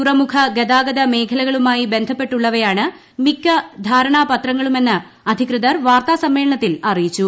തുറമുഖ ഗതാഗത മേഖലകളുമായി ബന്ധപ്പെട്ടുള്ളവയാണ് മിക്ക ധാരണാപത്രങ്ങളുമെന്ന് അധികൃതർ വാർത്താസമ്മേളനത്തിൽ അറിയിച്ചു